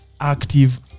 active